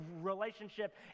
relationship